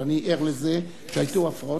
אבל אני ער לזה שהיו הפרעות,